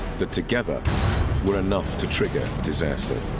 but together were enough to trigger disaster.